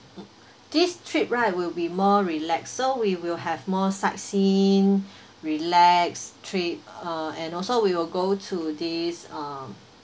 this trip right will be more relaxed so we will have more sightseeing relaxed trip uh and also we will go to this um